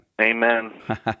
amen